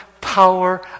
power